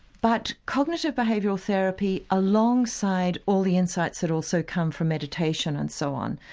but cognitive behavioural therapy alongside all the insights that also come from meditation and so on.